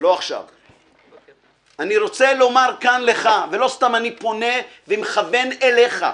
אני רוצה לומר לך, ולא סתם אני פונה ומכוון אליך,